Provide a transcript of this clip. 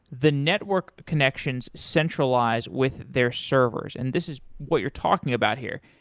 the network connections centralize with their servers and this is what you're talking about here.